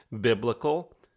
biblical